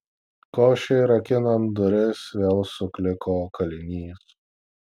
košei rakinant duris vėl sukliko kalinys